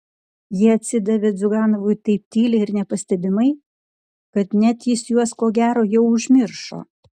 jie atsidavė ziuganovui taip tyliai ir nepastebimai kad net jis juos ko gero jau užmiršo